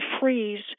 freeze